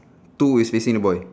two is facing the boy